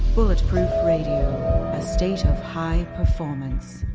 bulletproof radio. a state of high performance.